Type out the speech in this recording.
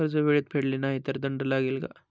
कर्ज वेळेत फेडले नाही तर दंड लागेल का?